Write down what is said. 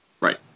Right